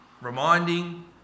reminding